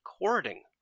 recording